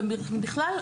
ובכלל,